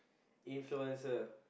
influencer